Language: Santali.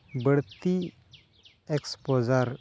ᱵᱟᱹᱲᱛᱤ ᱮᱠᱥᱯᱳᱡᱟᱨ